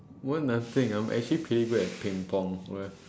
what nothing I'm actually pretty good at ping-pong alright